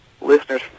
listeners